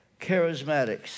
charismatics